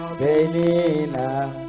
benina